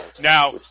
Now